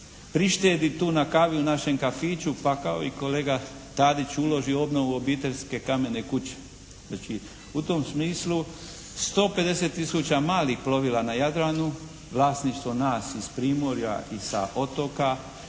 prištedi tu na kavi u našem kafiću pa kao i kolega Tadić uloži u obnovu obiteljske kamene kuće. Znači u tom smislu 150 tisuća malih plovila na Jadranu, vlasništvo nas iz primorja i sa otoka